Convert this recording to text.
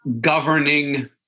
governing